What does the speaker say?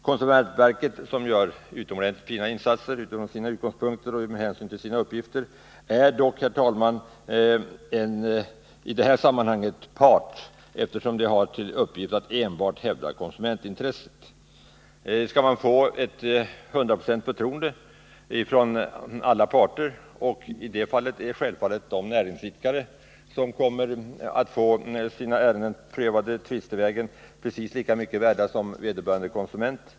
Konsumentverket, som från sina utgångspunkter och med sina uppgifter gör utomordentligt fina insatser, är dock, herr talman, i detta sammanhang part, eftersom det har till uppgift att enbart hävda konsumentintresset. Självfallet är alla näringsidkare som får sina ärenden prövade tvistevägen precis lika mycket värda som vederbörande konsumenter.